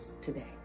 today